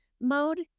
mode